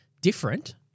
different